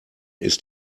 ist